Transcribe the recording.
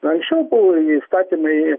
anksčiau buvo įstatymai